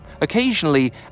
Occasionally